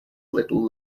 little